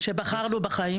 שבחרנו בחיים.